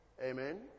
Amen